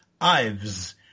ive's